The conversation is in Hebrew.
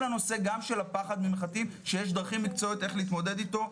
הנושא של הפחד ממחטים שיש דרכים מקצועיות איך להתמודד איתו.